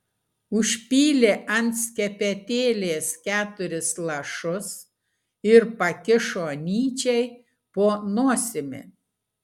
užpylė ant skepetėlės keturis lašus ir pakišo nyčei po nosimi